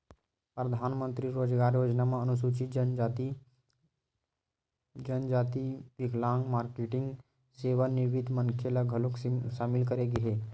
परधानमंतरी रोजगार योजना म अनुसूचित जनजाति, जनजाति, बिकलांग, मारकेटिंग, सेवानिवृत्त मनखे ल घलोक सामिल करे गे हे